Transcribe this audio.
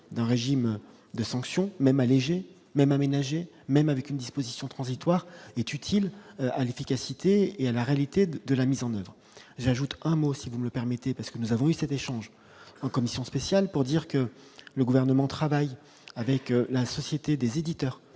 d'un régime de sanctions même allégé même aménagé, même avec une disposition transitoire est utile à l'efficacité et à la réalité de la mise en oeuvre, j'ajoute un mot si vous le permettez, parce que nous avons d'échange en commission spéciale pour dire que le gouvernement travaille avec la société des éditeurs,